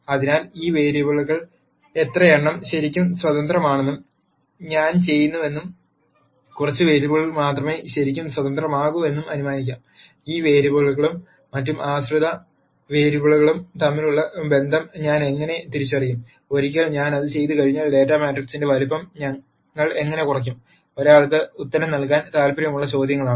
അതിനാൽ ഈ വേരിയബിളുകളിൽ എത്രയെണ്ണം ശരിക്കും സ്വതന്ത്രമാണെന്നും ഞാൻ ചെയ്യുന്നുവെന്നും കുറച്ച് വേരിയബിളുകൾ മാത്രമേ ശരിക്കും സ്വതന്ത്രമാകൂ എന്നും അനുമാനിക്കാം ഈ വേരിയബിളുകളും മറ്റ് ആശ്രിത വേരിയബിളുകളും തമ്മിലുള്ള ബന്ധം ഞാൻ എങ്ങനെ തിരിച്ചറിയും ഒരിക്കൽ ഞാൻ അത് ചെയ്തുകഴിഞ്ഞാൽ ഡാറ്റാ മാട്രിക്സിന്റെ വലുപ്പം ഞങ്ങൾ എങ്ങനെ കുറയ്ക്കും ഒരാൾക്ക് ഉത്തരം നൽകാൻ താൽപ്പര്യമുള്ള ചോദ്യങ്ങളാണ്